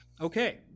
okay